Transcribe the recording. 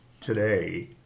today